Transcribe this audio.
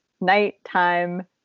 nighttime